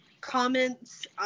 comments